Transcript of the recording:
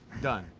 done.